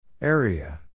Area